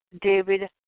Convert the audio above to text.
David